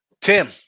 Tim